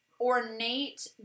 ornate